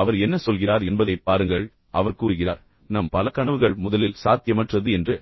அவர் என்ன சொல்கிறார் என்பதைப் பாருங்கள் அவர் கூறுகிறார் நம் பல கனவுகள் முதலில் சாத்தியமற்றது என்று